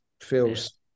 feels